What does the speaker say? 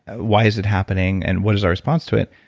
why is it happening, and what is our response to it,